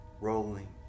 rolling